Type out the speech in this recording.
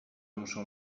muszą